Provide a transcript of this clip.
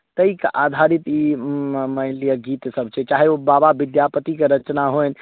ताहिके आधारित मानि लिअ ई गीतसभ छै चाहे ओ बाबा विद्यापतिके रचना होनि